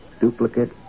duplicate